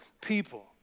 people